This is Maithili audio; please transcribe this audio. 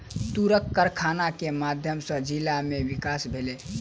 तूरक कारखाना के माध्यम सॅ जिला में विकास भेलै